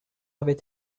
avaient